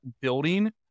building